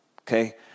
Okay